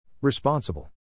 Responsible